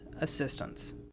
assistance